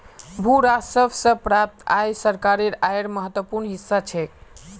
भू राजस्व स प्राप्त आय सरकारेर आयेर महत्वपूर्ण हिस्सा छेक